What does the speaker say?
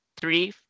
three